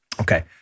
Okay